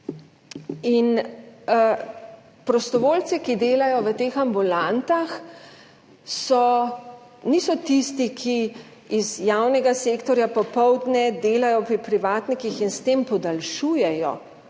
Prostovoljci, ki delajo v teh ambulantah, niso tisti, ki so iz javnega sektorja in popoldne delajo pri privatnikih in s tem podaljšujejo